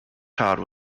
todd